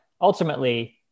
ultimately